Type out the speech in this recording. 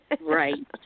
Right